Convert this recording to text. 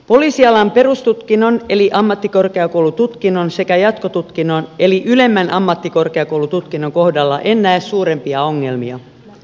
poliisialan perustutkinnon eli ammattikorkeakoulututkinnon sekä jatkotutkinnon eli ylemmän ammattikorkeakoulututkinnon kohdalla en näe suurempia ongelmia